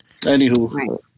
Anywho